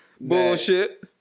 bullshit